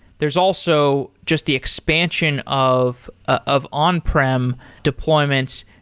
there's also just the expansion of of on prem deployments,